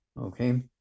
Okay